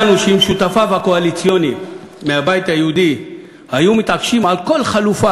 שותפיו הקואליציוניים מהבית היהודי היו מתעקשים על כל חלופה